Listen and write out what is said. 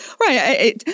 right